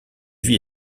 vie